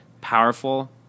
powerful